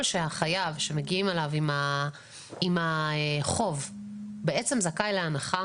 שהחייב שמגיעים אליו עם החוב זכאי למעשה להנחה,